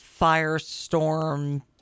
Firestorm